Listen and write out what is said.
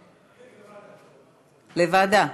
לוועדה.